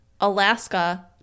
Alaska